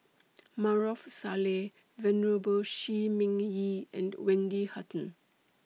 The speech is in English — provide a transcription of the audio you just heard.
Maarof Salleh Venerable Shi Ming Yi and Wendy Hutton